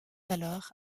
alors